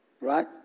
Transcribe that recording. Right